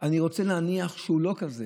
אני רוצה להניח שהוא לא כזה,